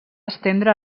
estendre